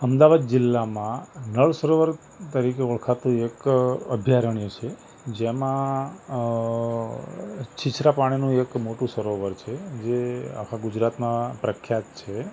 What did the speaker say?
અમદાવાદ જીલ્લામાં નળ સરોવર તરીકે ઓળખાતું એક અભયારણ્ય છે જેમાં અ છીછરા પાણીનું એક મોટું સરોવર છે જે આખા ગુજરાતમાં પ્રખ્યાત છે